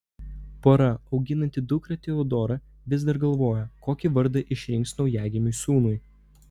pora auginanti dukrą teodorą vis dar galvoja kokį vardą išrinks naujagimiui sūnui